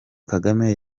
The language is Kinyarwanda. kagame